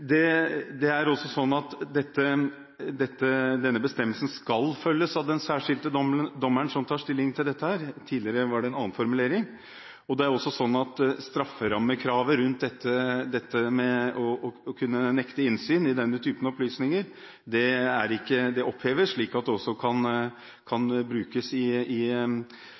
rettssak. Det er også sånn at denne bestemmelsen skal følges opp av den særskilte dommeren som tar stilling til dette – tidligere var det en annen formulering. Det er også sånn at strafferammekravet rundt dette med å kunne nekte innsyn i denne type opplysninger, oppheves, slik at det også kan brukes i